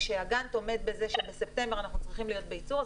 כשהגאנט עומד בזה שבספטמבר אנחנו צריכים להיות בייצור,